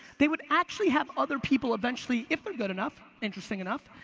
they would actually have other people eventually, if they're good enough, interesting enough,